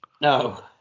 No